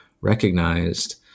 recognized